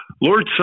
Lord